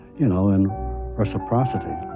you know in reciprocity.